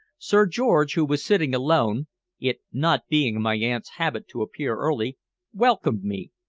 sir george, who was sitting alone it not being my aunt's habit to appear early welcomed me,